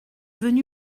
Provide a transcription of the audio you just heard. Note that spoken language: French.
venu